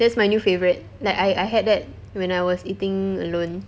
that's my new favourite like I I had that when I was eating alone